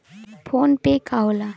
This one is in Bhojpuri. फोनपे का होला?